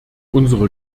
unsere